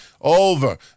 over